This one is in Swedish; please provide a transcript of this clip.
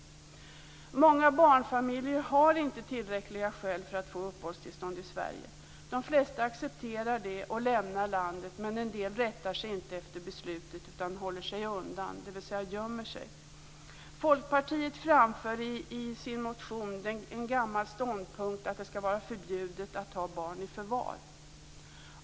Många barnfamiljer har inte tillräckliga skäl för att få upppehållstillstånd i Sverige. De flesta accepterar detta och lämnar landet, men en del rättar sig inte efter beslutet utan håller sig undan, dvs. gömmer sig. Folkpartiet framför i sin motion en gammal ståndpunkt att det skall vara förbjudet att ta barn i förvar.